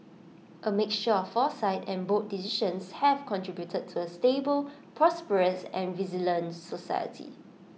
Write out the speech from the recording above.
A mixture of foresight and bold decisions have contributed to A stable prosperous and resilient society